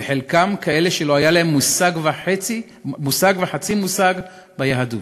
חלקם כאלו שלא היה להם מושג וחצי מושג ביהדות.